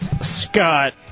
Scott